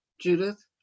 Judith